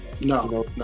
no